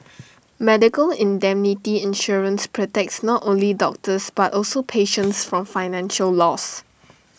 medical indemnity insurance protects not only doctors but also patients from financial loss